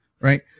Right